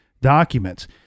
documents